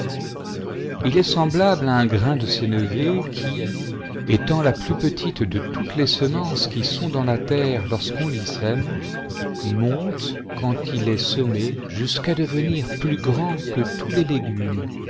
il est semblable à un grain de sénevé qui étant la plus petite de toutes les semences qui sont dans la terre lorsqu'on l s monte quand il est semé jusqu'à devenir plus grand que tous les légumes